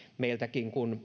meiltäkin